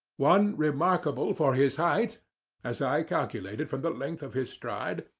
one remarkable for his height as i calculated from the length of his stride,